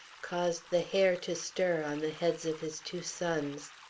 caused the hair to stir on the heads of his two sons.